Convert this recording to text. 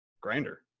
Grinder